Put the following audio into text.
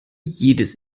jedes